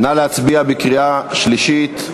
נא להצביע בקריאה שלישית.